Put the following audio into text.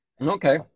Okay